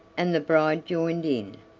and the bride joined in,